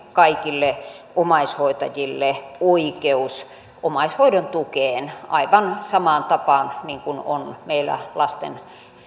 kaikille omaishoitajille oikeus omaishoidon tukeen aivan samaan tapaan kuin on meillä lasten